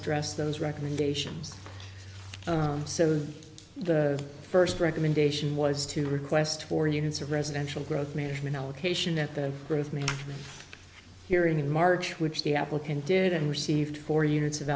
addressed those recommendations so the first recommendation was to request for units of residential growth management allocation that the growth me here in march which the applicant did and received four units of